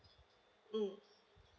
mm